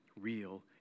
real